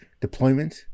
deployment